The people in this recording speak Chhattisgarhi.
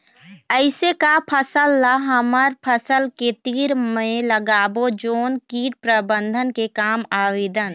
ऐसे का फसल ला हमर फसल के तीर मे लगाबो जोन कीट प्रबंधन के काम आवेदन?